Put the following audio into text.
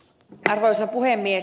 arvoisa puhemies